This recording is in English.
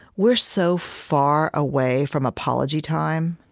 we're so far away from apology time.